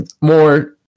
More